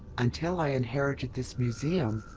until i inherited this museum,